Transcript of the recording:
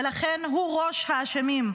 ולכן הוא ראש האשמים,